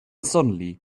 suddenly